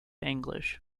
english